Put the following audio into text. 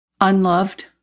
unloved